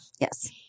Yes